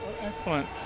Excellent